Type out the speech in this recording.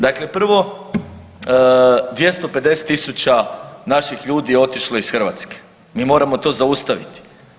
Dakle, prvo 250.000 naših ljudi je otišlo iz Hrvatske, mi moramo to zaustaviti.